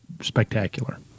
spectacular